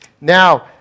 Now